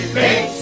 big